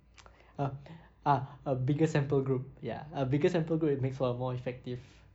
ah ah a bigger sample group ya a biggest sample group will make for a more effective